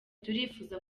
turifuza